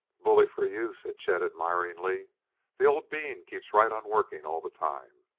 bully for you, said chet admiringly the old bean keeps right on working all the time.